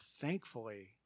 thankfully